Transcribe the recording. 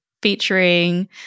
Featuring